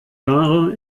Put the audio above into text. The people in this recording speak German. genre